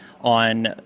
on